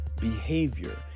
behavior